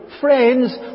Friends